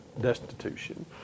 Destitution